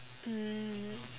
mm